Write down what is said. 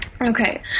Okay